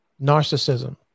narcissism